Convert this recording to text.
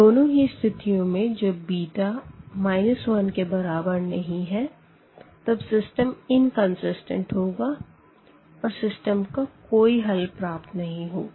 दोनों ही स्थितियों में जब β≠ 1तब सिस्टम इन्कन्सीस्टें होगा और सिस्टम का कोई हल प्राप्त नहीं होगा